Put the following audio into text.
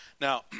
Now